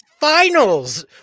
Finals